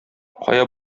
кая